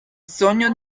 sogno